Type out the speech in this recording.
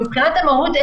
מבחינת המהות,